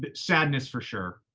but sadness, for sure.